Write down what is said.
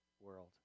world